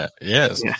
Yes